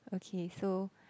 okay so